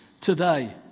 today